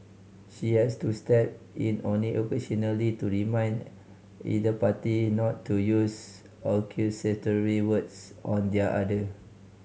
she has to step in only occasionally to remind either party not to use accusatory words on the other